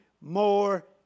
more